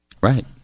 Right